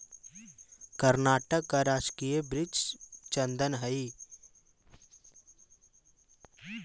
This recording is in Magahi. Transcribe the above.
कर्नाटक का राजकीय वृक्ष चंदन हई